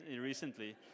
recently